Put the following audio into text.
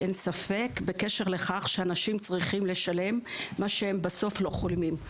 אין ספק בקשר לכך שאנשים צריכים לשלם מה שהם בסוף לא חולמים.